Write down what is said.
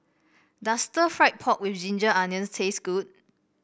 does Stir Fried Pork with Ginger Onions taste good